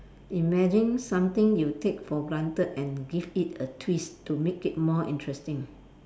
imagine something you take for granted and give it a twist to make it more interesting